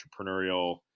entrepreneurial